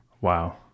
wow